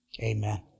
amen